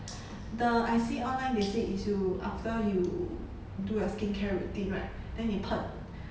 the I see online they say is you after you do your skin care routine right then 你喷